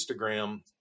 Instagram